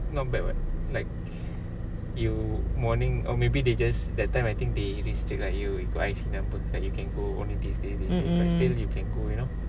not bad [what] like you morning or maybe they just that time I think they restrict like you you got I_C number card you can go only this day this day but still you can go you know